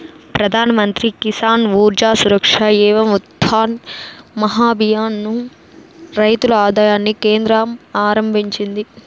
ప్రధాన్ మంత్రి కిసాన్ ఊర్జా సురక్ష ఏవం ఉత్థాన్ మహాభియాన్ ను రైతుల ఆదాయాన్ని కేంద్రం ఆరంభించింది